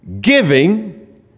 giving